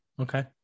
Okay